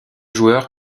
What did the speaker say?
joueur